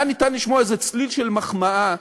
היה אפשר לשמוע איזה צליל של מחמאה